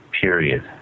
period